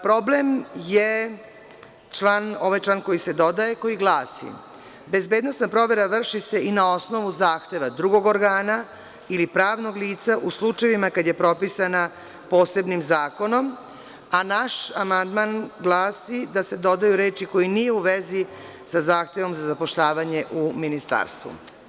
Problem je ovaj član koji se dodaje, a koji glasi: „Bezbednosna provera vrši se i na osnovu zahteva drugog organa ili pravnog lica u slučajevima kada je propisana posebnim zakonom“, a naš amandman glasi da se dodaju reči: „koji nije u vezi sa zahtevom za zapošljavanje u Ministarstvu“